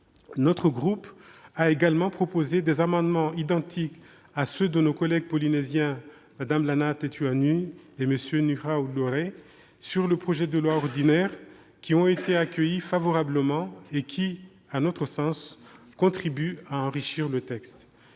Mon groupe a également déposé des amendements, identiques à ceux de nos collègues polynésiens, Mme Lana Tetuanui et M. Nuihau Laurey, sur le projet de loi ordinaire, qui ont été accueillis favorablement et qui, à notre sens, contribuent à enrichir le texte.